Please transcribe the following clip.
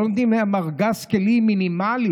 לא נותנים להם ארגז כלים מינימלי,